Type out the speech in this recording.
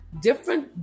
different